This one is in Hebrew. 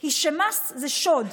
היא שמס זה שוד,